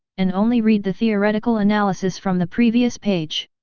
and only read the theoretical analysis from the previous page.